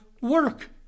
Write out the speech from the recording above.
work